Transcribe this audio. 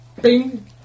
Bing